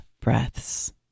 breaths